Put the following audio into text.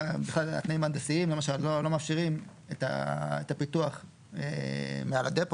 לממש את השטח המיועד לפיתוח מיזם המטרו,